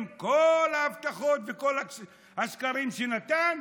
עם כל ההבטחות וכל השקרים שנתן,